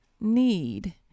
need